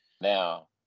Now